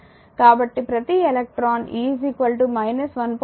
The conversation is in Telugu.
కాబట్టి ప్రతి ఎలక్ట్రాన్ e 1